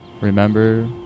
Remember